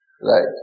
Right